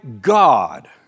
God